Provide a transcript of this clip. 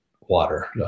water